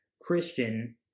Christian